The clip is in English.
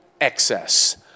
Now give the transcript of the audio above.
Excess